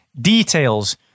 details